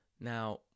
Now